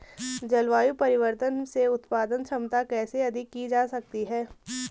जलवायु परिवर्तन से उत्पादन क्षमता कैसे अधिक की जा सकती है?